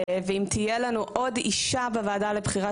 ואם תהיה לנו עוד אישה בוועדה לבחירת